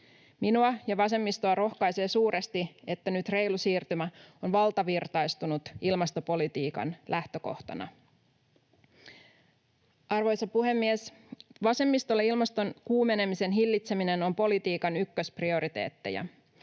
Minua ja vasemmistoa rohkaisee suuresti, että nyt reilu siirtymä on valtavirtaistunut ilmastopolitiikan lähtökohtana. Arvoisa puhemies! Vasemmistolle ilmaston kuumenemisen hillitseminen on politiikan ykkösprioriteetteja.